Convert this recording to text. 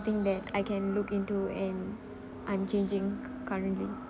something that I can look into and I'm changing currently